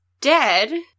dead